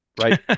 right